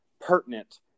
pertinent